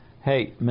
Hey